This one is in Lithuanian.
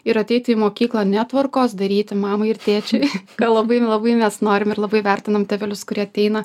ir ateiti į mokyklą ne tvarkos daryti mamai ir tėčiui ką labai labai mes norim ir labai vertinam tėvelius kurie ateina